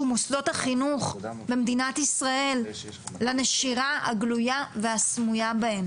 מוסדות החינוך במדינת ישראל לנשירה הגלויה והסמויה בהן.